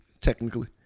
Technically